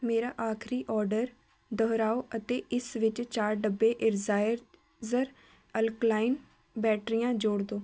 ਮੇਰਾ ਆਖਰੀ ਔਡਰ ਦੁਹਰਾਓ ਅਤੇ ਇਸ ਵਿੱਚ ਚਾਰ ਡੱਬੇ ਇੰਰਜ਼ਾਇਰਜ਼ਰ ਅਲਕਲਾਈਨ ਬੈਟਰੀਆਂ ਜੋੜ ਦਿਓ